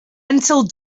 until